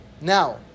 Now